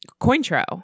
Cointro